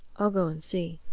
i'll go and see.